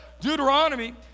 Deuteronomy